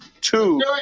two